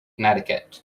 connecticut